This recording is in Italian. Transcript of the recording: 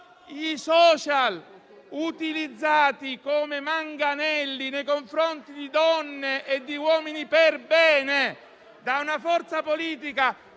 stati utilizzati come manganelli nei confronti di donne e uomini perbene da una forza politica